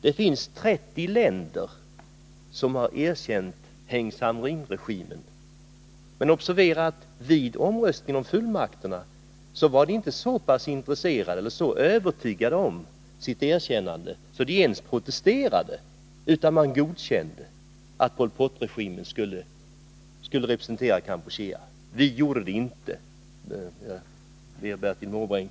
Det finns 30 länder som har erkänt Heng Samrin-regimen, men observera att vid omröstningen om fullmakterna var dessa länder inte så övertygade om sitt erkännande att de ens protesterade, utan de godkände att Pol Pot-regimen skulle representera Kampuchea. Bertil Måbrink bör observera att Sverige inte gjorde det.